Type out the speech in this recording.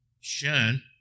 shun